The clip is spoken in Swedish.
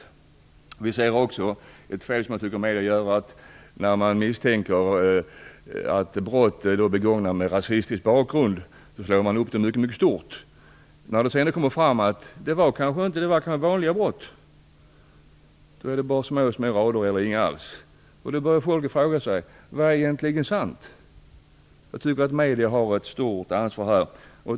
Ett fel som jag också tycker att medierna gör är att när man misstänker att brott är begångna med rasistisk bakgrund slår man upp det mycket stort. När det sedan kommer fram att det var ett vanligt brott blir det bara några få rader eller inga alls. Då frågar folk sig vad som egentligen är sant. Jag tycker att medierna har ett stort ansvar här. Fru talman!